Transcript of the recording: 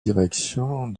direction